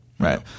Right